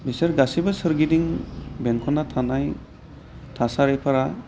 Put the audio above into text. बेफोर गासैबो सोरगिदिं बेंखनना थानाय थासारिफोरा